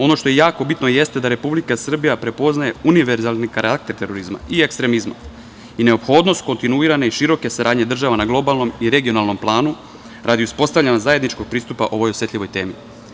Ono što je jako bitno jeste da Republika Srbija prepoznaje univerzalni karakter terorizma i ekstremizma i neophodnost kontinuirane i široke saradnje država na globalnom i regionalnom planu, radi uspostavljanja zajedničkog pristupa u ovoj osetljivoj temi.